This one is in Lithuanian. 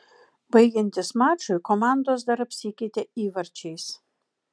baigiantis mačui komandos dar apsikeitė įvarčiais